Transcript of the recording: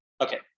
Okay